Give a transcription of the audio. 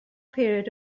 period